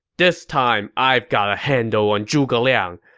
this time, i've got a handle on zhuge liang!